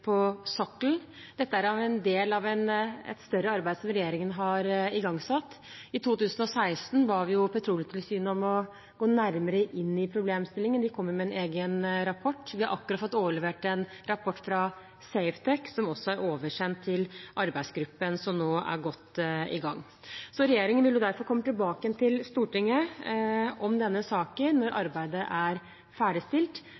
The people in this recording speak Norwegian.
på sokkelen. Dette er en del av et større arbeid som regjeringen har igangsatt. I 2016 ba vi Petroleumstilsynet om å gå nærmere inn i problemstillingen. De kommer med en egen rapport. Vi har akkurat fått overlevert en rapport fra Safetec, som også er oversendt arbeidsgruppen som nå er godt i gang. Regjeringen vil derfor komme tilbake igjen til Stortinget med denne saken når